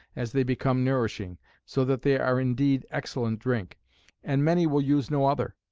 as they become nourishing so that they are indeed excellent drink and many will use no other.